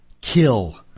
kill